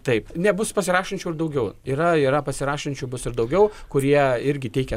taip nebus pasirašančių ir daugiau yra yra pasirašančių bus ir daugiau kurie irgi teikia